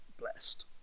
blessed